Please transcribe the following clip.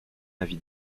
avis